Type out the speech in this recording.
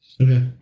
Okay